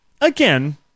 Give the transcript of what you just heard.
again